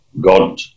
God